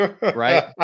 right